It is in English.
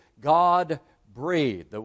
God-breathed